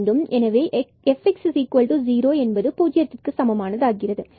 எனவே fx0 சமம்